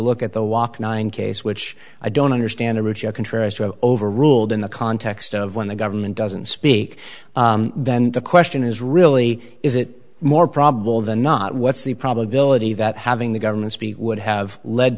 look at the waca nine case which i don't understand a rigid contrary overruled in the context of when the government doesn't speak then the question is really is it more probable than not what's the probability that having the government speak would have led